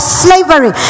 slavery